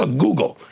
ah google,